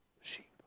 sheep